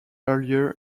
earlier